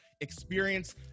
experience